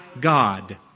God